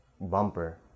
bumper